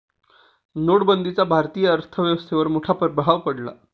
नोटबंदीचा भारतीय अर्थव्यवस्थेवर मोठा प्रभाव पडला